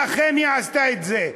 ואכן היא עשתה את זה.